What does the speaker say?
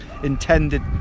intended